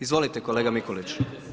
Izvolite kolega Mikulić.